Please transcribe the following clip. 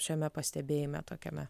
šiame pastebėjime tokiame